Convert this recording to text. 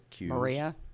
Maria